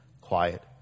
quiet